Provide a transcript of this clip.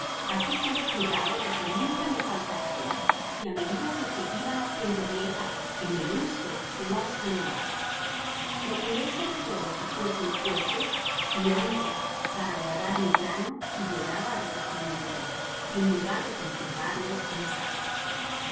asi tuve cuidado de que nunca me faltasen y á medida que se iban haciendo viejos con el uso los renovaba procuré sobre todo que fuesen fuertes y hondos para guardar mi grano si llegaba á recoger mucho en logar de conservarlo en sacos